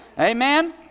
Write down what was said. Amen